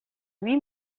huit